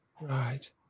Right